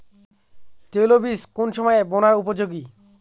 তৈলবীজ কোন সময়ে বোনার উপযোগী?